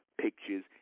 pictures